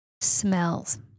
smells